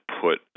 put